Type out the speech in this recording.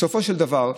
בסופו של דבר,